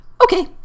Okay